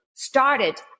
started